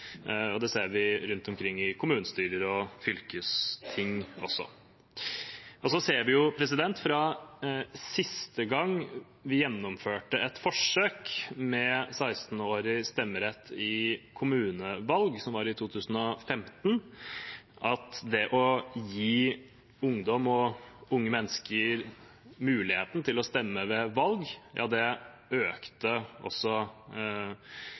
og det ser vi rundt omkring i kommunestyrer og fylkesting. Vi så også siste gang vi gjennomførte et forsøk med 16-års stemmerett i kommunevalg, som var i 2015, at det å gi ungdom og unge mennesker muligheten til å stemme ved valg økte representasjonen av unge politikere. I de kommunene forsøksordningen i 2015 ble gjennomført, ble det